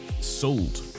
Sold